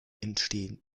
entstehen